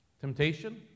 Temptation